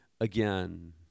again